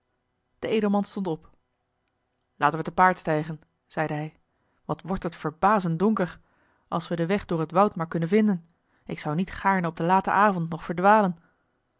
de edelman stond op laten wij te paard stijgen zeide hij wat wordt het verbazend donker als we den weg door het woud maar kunnen vinden ik zou niet gaarne op den laten avond nog verdwalen